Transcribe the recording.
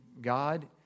God